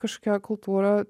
kažkokia kultūra